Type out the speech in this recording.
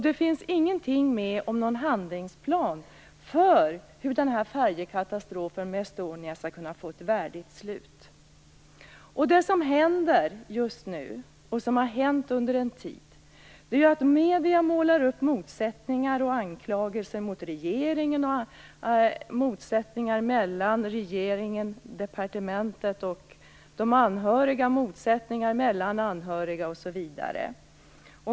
Det finns ingenting med om någon handlingsplan för hur färjekatastrofen med Estonia skall kunna få ett värdigt slut. Det som händer just nu, och som har hänt under en tid, är att medierna målar upp motsättningar och anklagelser, mellan regeringen-departementet och de anhöriga, mellan anhöriga osv.